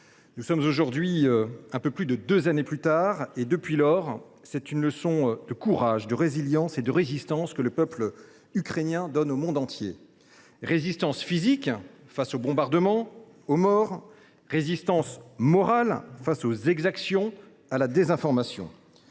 plus !–, contre l’État voisin qu’est l’Ukraine. Depuis lors, c’est une leçon de courage, de résilience et de résistance que le peuple ukrainien donne au monde entier : résistance physique face aux bombardements et aux morts, résistance morale face aux exactions et à la désinformation.